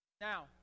Now